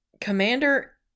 commander